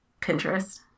Pinterest